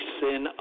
sin